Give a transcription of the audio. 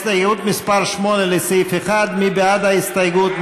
הסתייגות מס' 8, לסעיף 1, מי בעד ההסתייגות?